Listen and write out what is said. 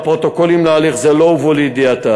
והפרוטוקולים של הליך זה לא הובאו לידיעתה.